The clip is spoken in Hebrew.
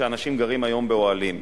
כשאנשים גרים היום באוהלים.